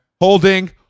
holding